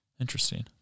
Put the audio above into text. Interesting